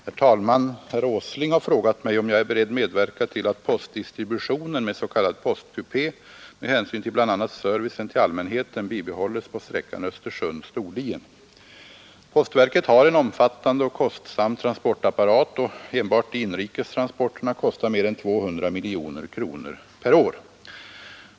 Herr talman! Herr Åsling har frågat mig om jag är beredd medverka till att postdistributionen med s.k. postkupé med hänsyn till bl.a. servicen till allmänheten bibehålles på sträckan Östersund — Storlien. Postverket har en omfattande och kostsam transportapparat, och enbart de inrikes transporterna kostar mer än 200 miljoner kronor per år.